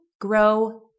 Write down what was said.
grow